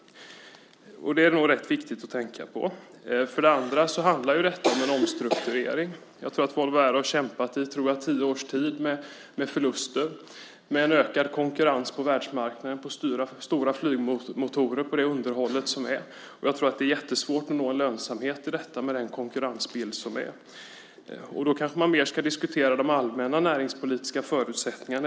Det är nog rätt viktigt att tänka på. Detta handlar ju om en omstrukturering. Volvo Aero har kämpat i tio års tid, tror jag, med förluster och med en ökad konkurrens på världsmarknaden när det gäller stora flygmotorer och underhåll. Jag tror att det är jättesvårt att nå en lönsamhet med den konkurrensbild vi har. Man kanske mer ska diskutera de allmänna näringspolitiska förutsättningarna.